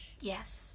Yes